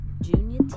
Junior